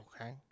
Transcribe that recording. okay